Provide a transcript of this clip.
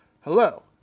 hello